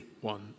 one